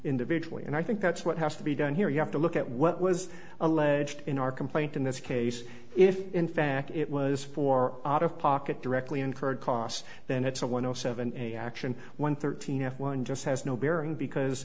individually and i think that's what has to be done here you have to look at what was alleged in our complaint in this case if in fact it was for out of pocket directly incurred costs then it's a one zero seven eight action one thirteen f one just has no bearing because